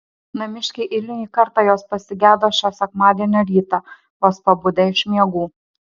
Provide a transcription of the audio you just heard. namiškiai eilinį kartą jos pasigedo šio sekmadienio rytą vos pabudę iš miegų